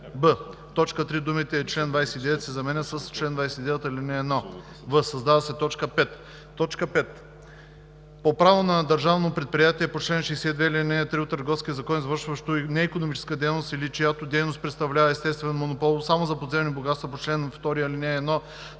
б) в т. 3 думите „чл. 29“ се заменят с „чл. 29, ал. 1“; в) създава се т. 5: „5. по право на държавно предприятие по чл. 62, ал. 3 от Търговския закон, извършващо неикономическа дейност, или чиято дейност представлява естествен монопол – само за подземни богатства по чл. 2, ал. 1, т.